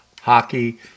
hockey